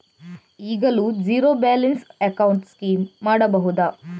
ಈಗಲೂ zero balance account scheme ಮಾಡಬಹುದಾ?